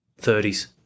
30s